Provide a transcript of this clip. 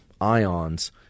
ions